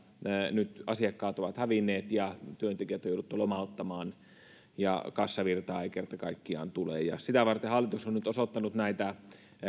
nyt asiakkaat ovat hävinneet ja työntekijät on jouduttu lomauttamaan ja kassavirtaa ei kerta kaikkiaan tule sitä varten hallitus on nyt osoittanut näitä